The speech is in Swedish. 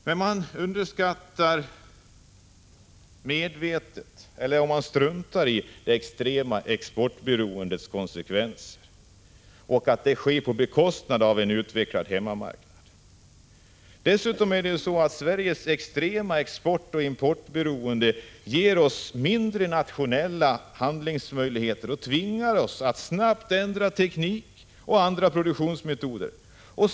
Men man underskattar medvetet eller struntar i det extrema exportberoendets konsekvenser, som går ut över en utvecklad hemmamarknad. Dessutom minskar Sveriges extrema exportoch importberoende våra nationella handlingsmöjligheter och tvingar oss att snabbt ändra teknik och produktionsmetoder.